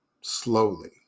slowly